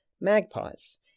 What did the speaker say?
magpies